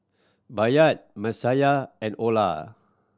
Bayard Messiah and Olar